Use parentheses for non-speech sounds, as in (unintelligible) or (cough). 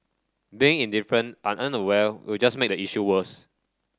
being indifferent (unintelligible) unaware will just make the issue worse